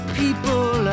people